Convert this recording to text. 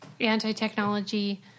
anti-technology